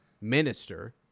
minister